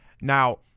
Now